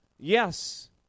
yes